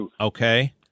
Okay